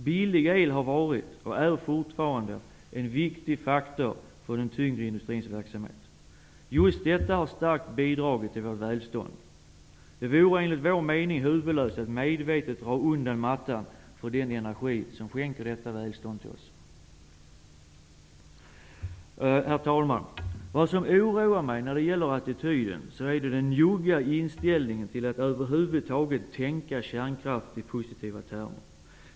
Billig el har varit och är fortfarande en viktig faktor för den tyngre industrins verksamhet. Just detta har starkt bidragit till vårt lands välstånd. Det vore enligt vår mening huvudlöst att medvetet dra undan mattan för den industri som skänker detta välstånd till oss. Herr talman! Vad som oroar mig när det gäller attityden är den njugga inställningen till att över huvud taget tänka kärnkraft i positiva termer.